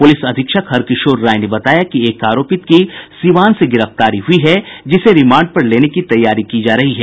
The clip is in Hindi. पुलिस अधीक्षक हरकिशोर राय ने बताया कि एक आरोपित की सीवान से गिरफ्तारी हुई है जिसे रिमांड पर लेने की तैयारी की जा रही है